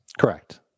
Correct